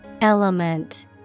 Element